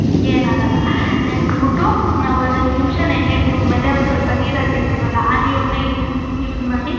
ಏನಾಗೋಲ್ಲ ನೆನೆಸ್ಬಿಟ್ಟು ನಾವು ಒಂದು ಹತ್ತು ನಿಮಿಷ ನೆನೆಯೋಕೆ ಬಿಟ್ಮೇಲೆ ಆವಾಗ ಸ್ವಲ್ಪ ನೀರಾಕಿರ್ತೀವಲ್ಲ ಆ ನೀರನ್ನ ಇಲ್ಲಿ ಯೂಸ್ ಮಾಡಿ